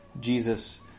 Jesus